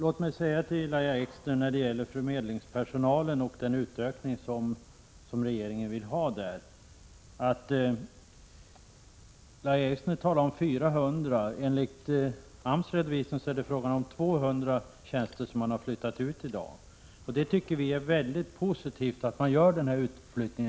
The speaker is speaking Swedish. Herr talman! Beträffande den utökning av arbetsförmedlingspersonalen som regeringen vill ha talar Lahja Exner om 400 tjänster. Enligt AMS redovisning är det fråga om 200 tjänster, som man har flyttat ut i dag. Vi tycker det är väldigt positivt att man gjort denna utflyttning.